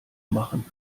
machen